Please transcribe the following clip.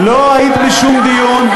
לא היית בשום דיון.